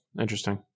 Interesting